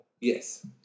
yes